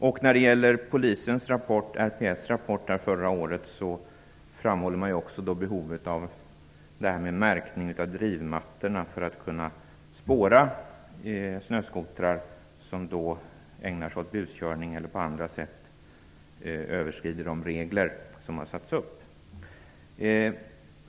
I Rikspolisstyrelsens rapport från förra året framhålls också behovet av märkning av drivmattorna för att man skall kunna spåra förare som ägnar sig åt buskörning eller som på andra sätt överskrider de regler som har satts upp.